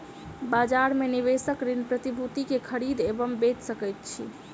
बजार में निवेशक ऋण प्रतिभूति के खरीद एवं बेच सकैत छथि